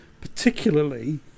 particularly